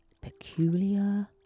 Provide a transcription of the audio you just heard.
peculiar